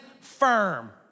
firm